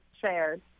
shared